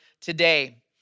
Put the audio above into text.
today